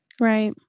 Right